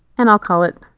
and i'll call it,